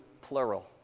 plural